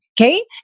Okay